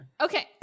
okay